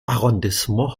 arrondissement